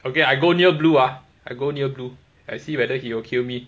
okay I go near blue ah I go near blue I see whether he will kill me